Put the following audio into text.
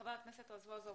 בבקשה, חבר הכנסת רזבוזוב.